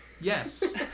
yes